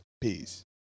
Peace